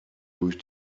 durch